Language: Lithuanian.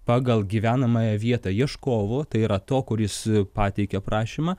pagal gyvenamąją vietą ieškovo tai yra to kuris pateikė prašymą